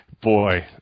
Boy